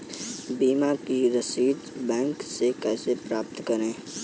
बीमा की रसीद बैंक से कैसे प्राप्त करें?